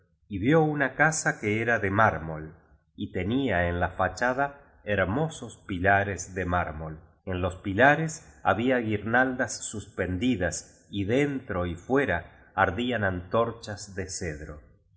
y vió una casa que era de mármol y tenía en la fachada hermosos pilares de mármol en los pilares había guirnaldas suspendidas y dentro y fuera ardían antorchas de cedro